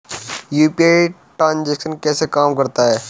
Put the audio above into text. UPI transaction कैसे काम करता है?